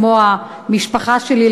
כמו המשפחה שלי,